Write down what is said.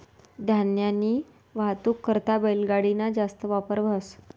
धान्यनी वाहतूक करता बैलगाडी ना जास्त वापर व्हस